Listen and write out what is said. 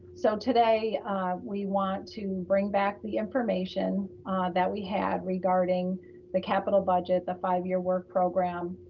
so today we want to bring back the information that we had regarding the capital budget, the five-year work program,